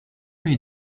lui